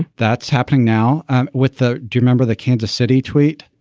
that's happening now with the. do remember the kansas city tweet?